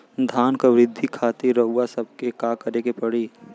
धान क वृद्धि खातिर रउआ सबके का करे के पड़ी?